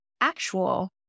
actual